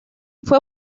fue